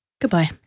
Goodbye